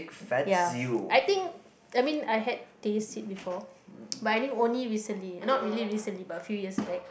ya I think I mean I had taste it before but I think only recently eh not really recently but a few years back